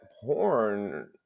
porn